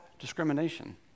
discrimination